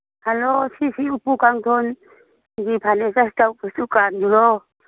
hello ꯁꯤꯁꯤ ꯎꯄꯨ ꯀꯥꯡꯗꯣꯟꯒꯤ ꯐꯔꯅꯤꯆꯔ ꯇꯧꯕ ꯗꯨꯀꯥꯟꯗꯨꯔꯣ